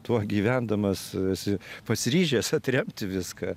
tuo gyvendamas esi pasiryžęs atremti viską